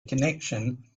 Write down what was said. connection